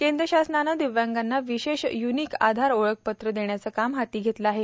केंद्र शासनानं दिव्यांगांना विशेष य्निक आधार ओळखपत्र देण्याचं काम हाती घेतलं आहे